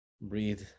breathe